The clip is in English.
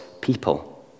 people